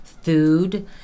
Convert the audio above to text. food